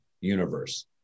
universe